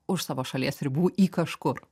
už savo šalies ribų į kažkur